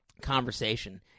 conversation